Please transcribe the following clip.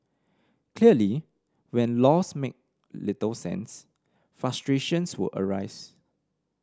clearly when laws make little sense frustrations will arise